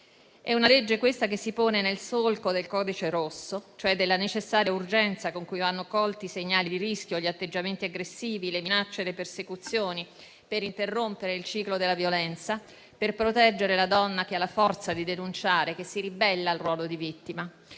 È una legge, questa, che si pone nel solco del codice rosso, cioè della necessaria urgenza con cui vanno colti i segnali di rischio, gli atteggiamenti aggressivi, le minacce, le persecuzioni, per interrompere il ciclo della violenza, per proteggere la donna che ha la forza di denunciare, che si ribella al ruolo di vittima.